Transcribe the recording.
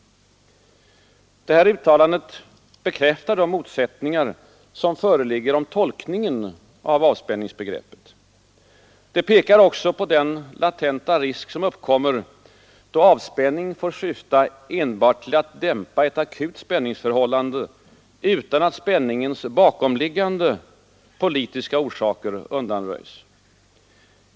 Uttalandet bekräftar de motsättningar som föreligger om tolkningen av avspänningsbegreppet. Det pekar också på den risk som uppkommer då avspänning får syfta enbart till att dämpa ett akut spänningsförhållande utan att spänningens bakomliggande politiska orsaker undanröjs.